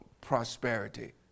prosperity